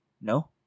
No